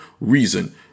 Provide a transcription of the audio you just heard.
reason